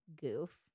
goof